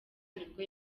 nibwo